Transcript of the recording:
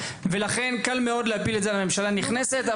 ולכן קל מאוד להפיל את זה על הממשלה הנכנסת.